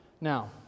Now